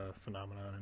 phenomenon